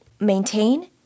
maintain